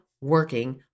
working